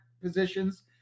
positions